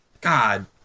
God